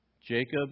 Jacob